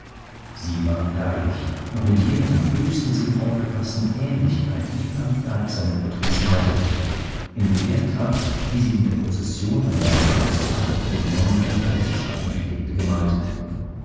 sie war herrlich und mit jener im höchsten sinn aufgefaßten ähnlichkeit wie van dyck seine porträts malte in der tracht wie sie in der prozession am bernardustage vor den nonnen einherzuschreiten pflegte gemalt